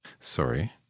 Sorry